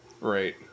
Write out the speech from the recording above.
Right